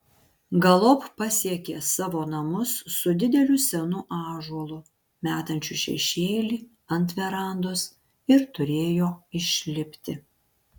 galop pasiekė savo namus su dideliu senu ąžuolu metančiu šešėlį ant verandos ir turėjo išlipti